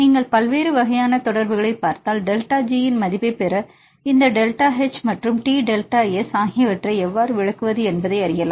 நீங்கள் பல்வேறு வகையான தொடர்புகளைப் பார்த்தால் டெல்டா G இன் மதிப்பைப் பெற இந்த டெல்டா H மற்றும் T டெல்டா S ஆகியவற்றை எவ்வாறு விளக்குவது என்பதை அறியலாம்